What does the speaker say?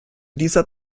dieser